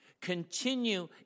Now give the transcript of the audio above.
Continue